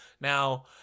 Now